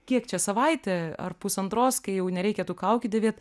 kiek čia savaitė ar pusantros kai jau nereikia tų kaukių dėvėt